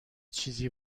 چیزی